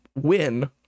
win